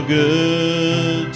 good